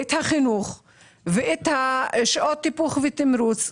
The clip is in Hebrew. את החינוך ואת שעות הטיפוח והתמרוץ.